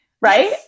Right